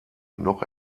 noch